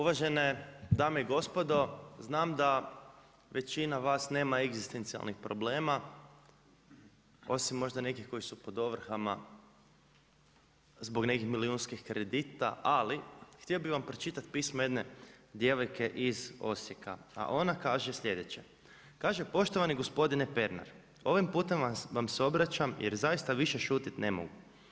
Uvažene dame i gospodo, znam da većina vas nema egzistencijalnih problema osim možda nekih koji su pod ovrhama zbog nekih milijunskih kredita, ali htio bi vam pročitati pismo jedne djevojke iz Osijeka, a on kaže slijedeće: „Poštovani gospodine Pernar, ovim putem vam se obraćam jer zaista više šutjeti ne mogu.